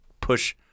push